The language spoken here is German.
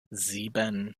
sieben